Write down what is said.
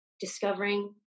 discovering